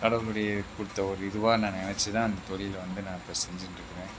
கடவுளுடைய கொடுத்த ஒரு இதுவாக நான் நினைச்சி தான் அந்த தொழிலை வந்து நான் இப்போ செஞ்சுட்ருக்குறேன்